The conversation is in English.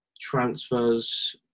transfers